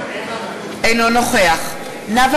אינו נוכח נאוה